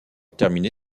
terminé